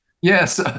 yes